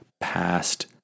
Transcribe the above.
past